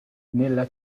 nella